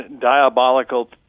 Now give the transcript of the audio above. diabolical